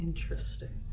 Interesting